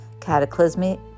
cataclysmic